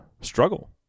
struggle